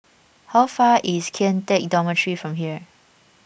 how far is Kian Teck Dormitory from here